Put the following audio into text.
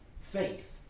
Faith